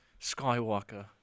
Skywalker